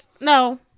No